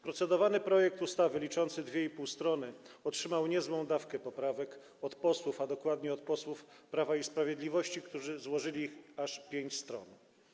Procedowany projekt ustawy liczący dwie i pół strony otrzymał niezłą dawkę poprawek od posłów, a dokładnie od posłów Prawa i Sprawiedliwości, którzy złożyli ich aż pięć stron.